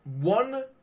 One